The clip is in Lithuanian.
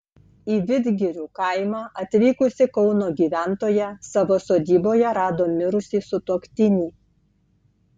į vidgirių kaimą atvykusi kauno gyventoja savo sodyboje rado mirusį sutuoktinį